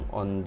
on